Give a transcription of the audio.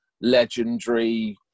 legendary